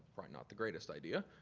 probably not the greatest idea,